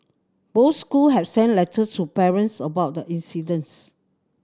both school have sent letters to parents about the incidents